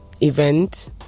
event